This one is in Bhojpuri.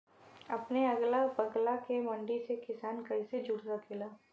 अपने अगला बगल के मंडी से किसान कइसे जुड़ सकेला?